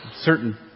certain